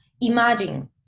imagine